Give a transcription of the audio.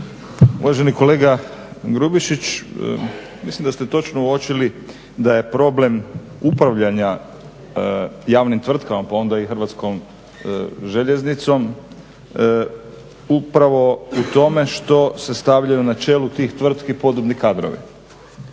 Uvaženi kolega Grubišić, mislim da ste točno uočili da je problem upravljanja javnim tvrtkama pa onda i hrvatskom željeznicom upravo u tome što se stavljaju na čelu tih tvrtki podobni kadrovi.